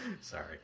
Sorry